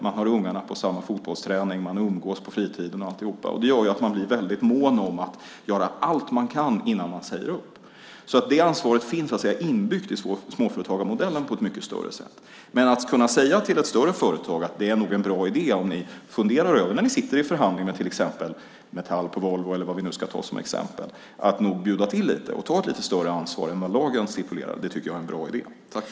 Man har ungarna på samma fotbollsträning, och man umgås på fritiden. Det gör att man blir väldigt mån om att göra allt man kan innan man säger upp. Det ansvaret finns inbyggt i småföretagarmodellen på ett annat sätt. Jag tycker att det är en bra idé att kunna säga till ett större företag att det är bra om de, när de på Volvo till exempel sitter i förhandlingar med Metall, funderar på att bjuda till lite och ta ett lite större ansvar än vad lagen stipulerar.